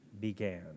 began